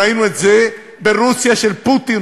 ראינו את זה ברוסיה של פוטין,